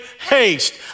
Haste